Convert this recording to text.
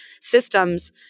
systems